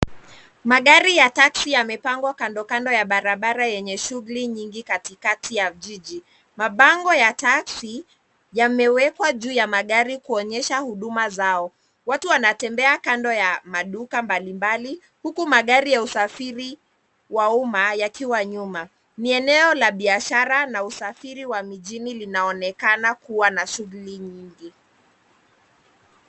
Magari ya taksi yamepangwa kando kando ya barabara yenye shughuli nyingi kati kati ya jiji. Mabango ya taksi yamewekwa juu ya magari kuonyesha huduma zao. Watu wanatembea kando ya maduka mbali mbali huku magari ya usafiri wa uma yakiwa nyuma. Ni eneo la biashara na usafiri wa mijini linaonekana kuwa na shughuli nyingi.